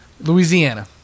Louisiana